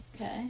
Okay